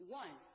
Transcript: one